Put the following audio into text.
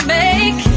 make